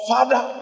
Father